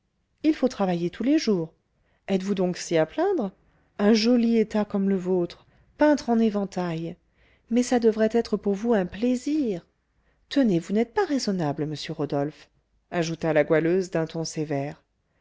il faut travailler tous les jours êtes-vous donc si à plaindre un joli état comme le vôtre peintre en éventails mais ça devrait être pour vous un plaisir tenez vous n'êtes pas raisonnable monsieur rodolphe ajouta la goualeuse d'un ton sévère